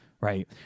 right